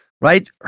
right